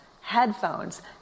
headphones